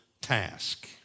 task